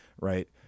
right